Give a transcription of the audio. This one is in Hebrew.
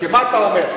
כי מה אתה אומר?